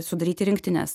sudaryti rinktines